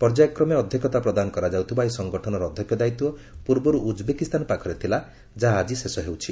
ପର୍ଯ୍ୟାୟକ୍ରମେ ଅଧ୍ୟକ୍ଷତା ପ୍ରଦାନ କରାଯାଉଥିବା ଏହି ସଙ୍ଗଠନର ଅଧ୍ୟକ୍ଷ ଦାୟିତ୍ୱ ପର୍ବର୍ ଉଜ୍ବେକିସ୍ତାନ ପାଖରେ ଥିଲା ଯାହା ଆଜି ଶେଷ ହେଉଛି